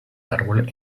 árbol